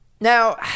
Now